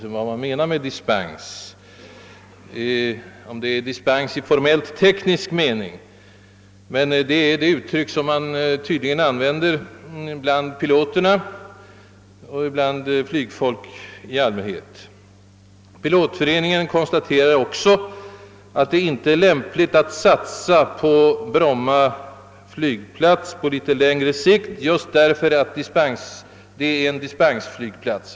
Om »dispens» innebär dispens i strängt formell och teknisk mening är oklart, men det är tydligen det uttryck som man använder bland piloterna och bland flygfolk i allmänhet. Pilotföreningen konstaterar också att det inte är lämpligt att satsa på Bromma flygplats på litet längre sikt just därför att den enligt föreningens mening är en s.k. dispensflygplats.